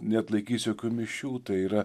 neatlaikysiu mišių tai yra